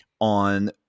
on